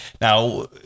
Now